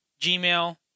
Gmail